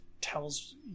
tells